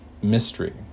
Mystery